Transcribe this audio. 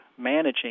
managing